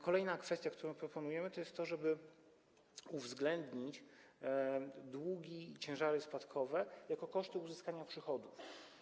Kolejna kwestia, którą proponujemy, to jest to, żeby uwzględnić długi i ciężary spadkowe jako koszty uzyskania przychodów.